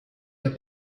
der